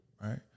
right